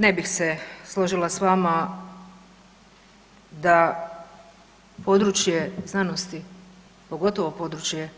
Ne bih se složila s vama da područje znanosti, pogotovo područje